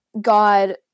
God